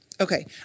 Okay